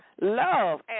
love